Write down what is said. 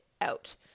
out